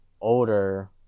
older